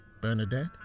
Bernadette